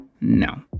No